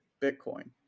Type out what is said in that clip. Bitcoin